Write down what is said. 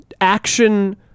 action